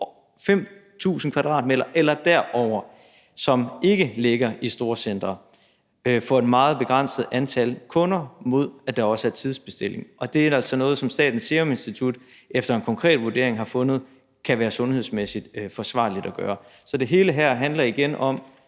5.000 m² eller derover, som ikke ligger i storcentre, for et meget begrænset antal kunder mod, at der også er tidsbestilling. Det er altså noget, som Statens Serum Institut efter en konkret vurdering har fundet kan være sundhedsmæssigt forsvarligt at gøre. Så det hele her handler igen om